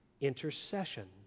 intercession